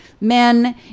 men